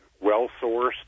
well-sourced